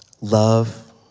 love